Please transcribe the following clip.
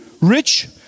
rich